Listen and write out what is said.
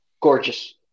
gorgeous